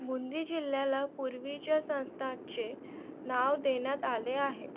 बुंदी जिल्ह्याला पूर्वीच्या संस्थानचे नाव देण्यात आले आहे